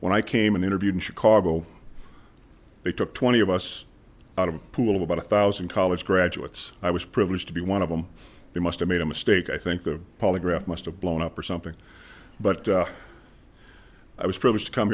when i came and interviewed in chicago they took twenty of us out of a pool of about a thousand college graduates i was privileged to be one of them they must have made a mistake i think the polygraph must have blown up or something but i was privileged to come